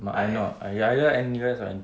but I'm not I'm either N_U_S or N_T_U